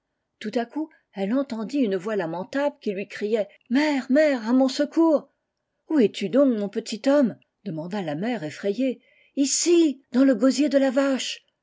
tout à coup elle entendit une voix lamentable qui lui criait mère mère à mon secours où donc es-tu mon petit tom demanda la mère etlrayée ici dans le gosier de la vache